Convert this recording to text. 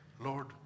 Lord